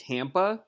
Tampa